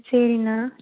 சரிண்ணா